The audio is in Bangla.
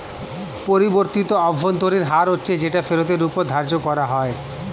পরিবর্তিত অভ্যন্তরীণ হার হচ্ছে যেটা ফেরতের ওপর ধার্য করা হয়